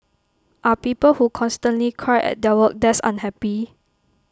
are people who constantly cry at their work desk unhappy